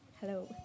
Hello